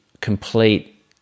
complete